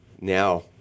now